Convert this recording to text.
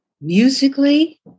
Musically